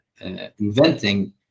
inventing